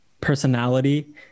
personality